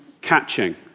catching